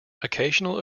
occasional